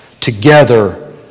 together